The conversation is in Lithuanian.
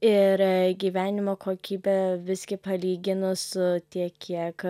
ir gyvenimo kokybė visgi palyginus su tiek kiek